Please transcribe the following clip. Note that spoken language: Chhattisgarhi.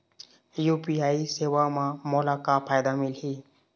यू.पी.आई सेवा म मोला का फायदा मिलही?